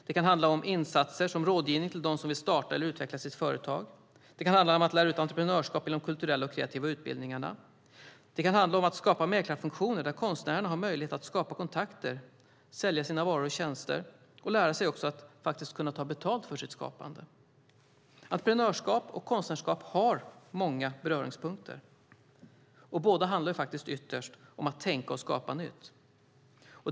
Det kan handla om insatser som rådgivning till dem som vill starta eller utveckla sitt företag, att lära ut entreprenörskap i de kulturella och kreativa utbildningarna och att skapa mäklarfunktioner där konstnärerna har möjlighet att skapa kontakter, sälja sina varor och tjänster samt lära sig ta betalt för sitt skapande. Entreprenörskap och konstnärskap har många beröringspunkter. Båda handlar ytterst om att tänka och skapa nytt.